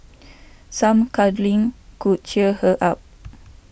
some cuddling could cheer her up